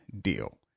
deal